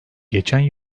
geçen